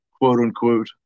quote-unquote